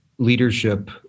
leadership